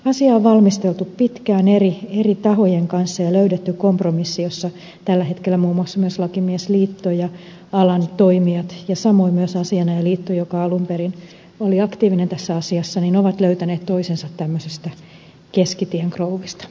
asiaa on valmisteltu pitkään eri tahojen kanssa ja löydetty kompromissi jossa tällä hetkellä muun muassa myös lakimiesliitto ja alan toimijat ja samoin myös asianajajaliitto joka alun perin oli aktiivinen tässä asiassa ovat löytäneet toisensa tämmöisestä keskitien krouvista